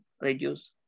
reduce